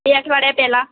બે અઠવાડિયા પેહલા